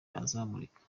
azamurika